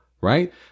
right